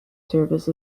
service